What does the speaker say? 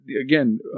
again